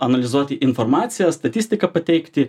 analizuoti informaciją statistiką pateikti